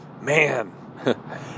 man